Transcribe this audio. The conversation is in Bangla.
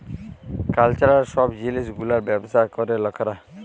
কালচারাল সব জিলিস গুলার ব্যবসা ক্যরে লকরা